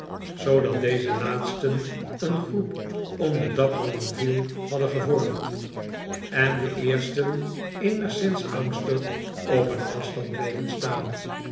zoodat de laatsten een groep om den dapper en lenville hadden gevormd en de eersten eenigszins angstig op een afstand bleven staan